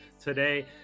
today